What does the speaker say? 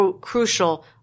crucial